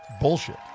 bullshit